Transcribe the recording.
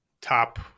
top